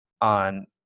on